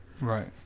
Right